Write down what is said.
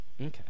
Okay